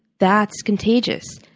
that's contagious.